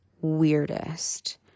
weirdest